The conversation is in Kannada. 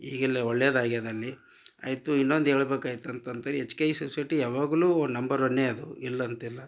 ಈಗೆಲ್ಲ ಒಳ್ಳೆಯದು ಆಗ್ಯಾದಲ್ಲಿ ಆಯಿತು ಇನ್ನೊಂದು ಹೇಳ್ಬೇಕ್ ಆಯ್ತು ಅಂತಂತಂತ ಎಚ್ ಕೆ ಇ ಸೊಸೈಟಿ ಯಾವಾಗಲು ನಂಬರ್ ಒನ್ನೆ ಅದು ಇಲ್ಲಂತಿಲ್ಲ